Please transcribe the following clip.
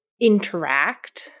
interact